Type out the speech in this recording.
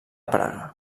praga